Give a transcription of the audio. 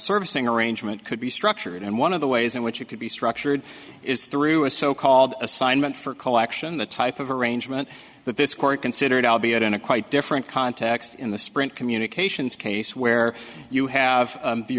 servicing arrangement could be structured and one of the ways in which it could be structured is through a so called assignment for collection the type of arrangement that this court considered i'll be out in a quite different context in the sprint communications case where you have